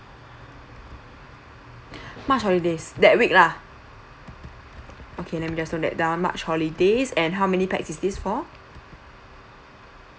march holidays that week lah okay let me just note that down march holidays and how many pax is this for